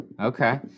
Okay